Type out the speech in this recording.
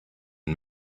and